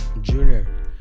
junior